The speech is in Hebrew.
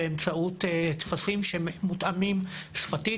באמצעות טפסים שמותאמים שפתית,